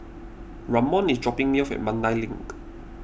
Ramon is dropping me off at Mandai Link